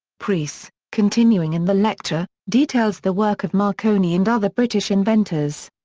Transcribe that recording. preece, continuing in the lecture, details the work of marconi and other british inventors.